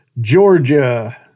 Georgia